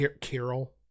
Carol